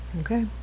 Okay